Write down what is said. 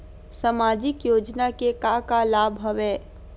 सामाजिक योजना के का का लाभ हवय?